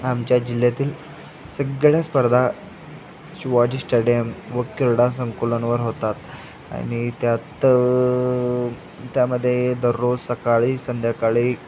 आमच्या जिल्ह्यातील सगळ्या स्पर्धा शिवाजी स्टॅडियम व क्रीडा संकुलनवर होतात आणि त्यात त्यामध्ये दररोज सकाळी संध्याकाळी